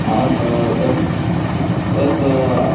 आम् तद् तद्